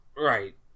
Right